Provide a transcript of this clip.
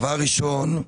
דבר ראשון,